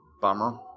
bummer